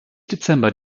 dezember